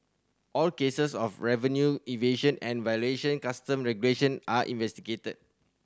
all cases of revenue evasion and violation Custom regulation are investigated